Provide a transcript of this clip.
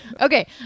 Okay